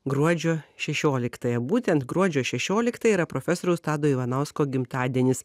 gruodžio šešioliktąją būtent gruodžio šešiolikta yra profesoriaus tado ivanausko gimtadienis